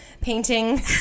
painting